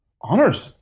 honors